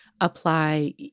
apply